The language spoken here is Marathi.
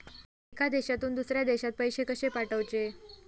एका देशातून दुसऱ्या देशात पैसे कशे पाठवचे?